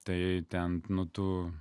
tai ten nu tu